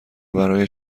برای